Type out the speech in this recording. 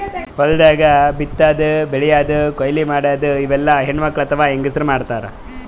ಹೊಲ್ದಾಗ ಬಿತ್ತಾದು ಬೆಳ್ಯಾದು ಕೊಯ್ಲಿ ಮಾಡದು ಇವೆಲ್ಲ ಹೆಣ್ಣ್ಮಕ್ಕಳ್ ಅಥವಾ ಹೆಂಗಸರ್ ಮಾಡ್ತಾರ್